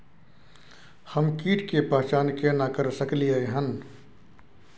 हम कीट के पहचान केना कर सकलियै हन?